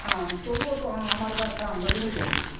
हाँ तो वह तो हमारे पास हाँ लकड़ी मिल जाएगी